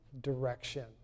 direction